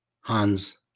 Hans